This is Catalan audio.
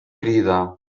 crida